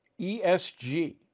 ESG